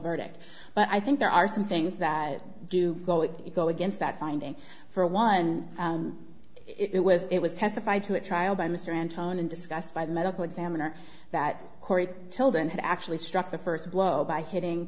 verdict but i think there are some things that do go if you go against that finding for one it was it was testified to a trial by mr anton and discussed by the medical examiner that cory children had actually struck the first blow by hitting